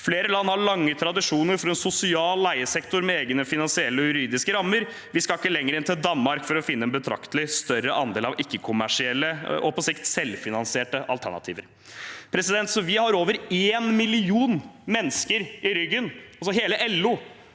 Flere land har lange tradisjoner for en sosial leiesektor med egne finansielle og juridiske rammer. Vi skal ikke lenger enn til Danmark for å finne en betraktelig større andel av ikke-kommersielle og på sikt selvfinansierte alternativer.» Vi har over én million mennesker i ryggen, hele LO